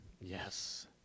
Yes